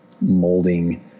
molding